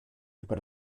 über